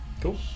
cool